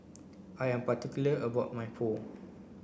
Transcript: I am particular about my Pho